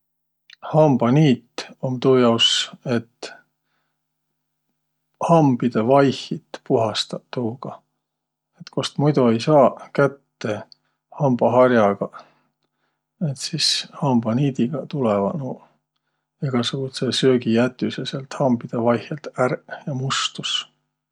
Hambaniit um tuujaos, et hambidõ vaihit puhastaq tuuga, kost muido ei saaq kätte hambahar'agaq. Et sis hambaniidiga tulõvaq nuuq egäsugudsõq söögijätüseq säält hambidõ vaihõlt ärq ja mustus.